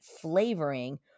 flavoring